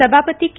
सभापती के